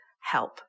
help